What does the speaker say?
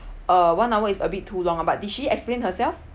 uh one hour is a bit too long but did she explained herself